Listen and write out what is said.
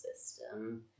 system